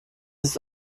ist